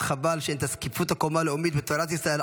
חבל שאין את זקיפות הקומה הלאומית ואת תורת ישראל,